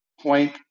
point